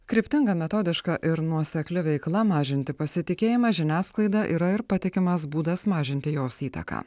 kryptinga metodiška ir nuosekli veikla mažinti pasitikėjimą žiniasklaida yra ir patikimas būdas mažinti jos įtaką